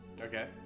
okay